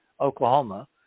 Oklahoma